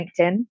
LinkedIn